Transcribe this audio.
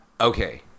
Okay